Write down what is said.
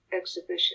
Exhibition